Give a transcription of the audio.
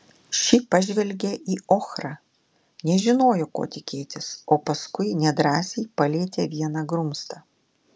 ši pažvelgė į ochrą nežinojo ko tikėtis o paskui nedrąsiai palietė vieną grumstą